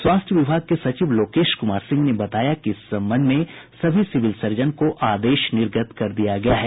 स्वास्थ्य विभाग के सचिव लोकेश कुमार सिंह ने बताया कि इस संबंध में सभी सिविल सर्जन को आदेश निर्गत कर दिया गया है